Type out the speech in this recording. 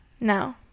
No